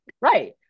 right